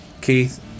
Keith